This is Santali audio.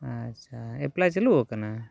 ᱟᱪᱪᱷᱟ ᱮᱯᱞᱟᱭ ᱪᱟᱹᱞᱩ ᱟᱠᱟᱱᱟ